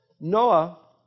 Noah